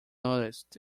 noticed